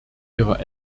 ihrer